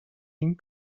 این